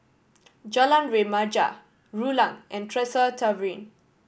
Jalan Remaja Rulang and Tresor Tavern